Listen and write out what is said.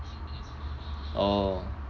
oh